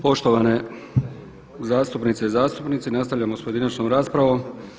Poštovane zastupnice i zastupnici nastavljamo s pojedinačnom raspravom.